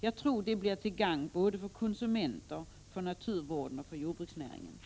Jag tror att det blir till gagn för både konsumenterna, naturvården och jordbruksnäringen.